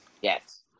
Yes